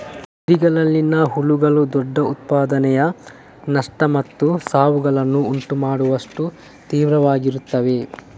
ಕುರಿಗಳಲ್ಲಿನ ಹುಳುಗಳು ದೊಡ್ಡ ಉತ್ಪಾದನೆಯ ನಷ್ಟ ಮತ್ತು ಸಾವುಗಳನ್ನು ಉಂಟು ಮಾಡುವಷ್ಟು ತೀವ್ರವಾಗಿರುತ್ತವೆ